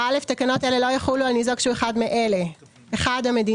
תקנות אלה לא יחולו על ניזוק שהוא אחד מאלה: המדינה,